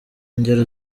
ngero